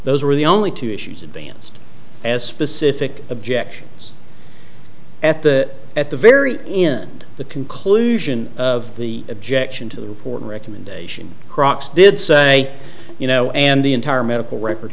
those are the only two issues advanced as specific objections at the at the very end the conclusion of the objection to the important recommendation crocks did say you know and the entire medical record